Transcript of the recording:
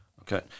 Okay